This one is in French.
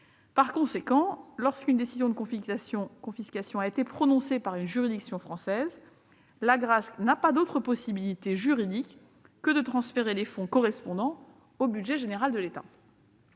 Par conséquent, lorsqu'une décision de confiscation a été prononcée par une juridiction française, l'Agrasc n'a pas d'autre possibilité juridique que de transférer les fonds correspondants au budget général de l'État.